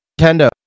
Nintendo